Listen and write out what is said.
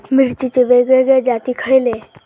मिरचीचे वेगवेगळे जाती खयले?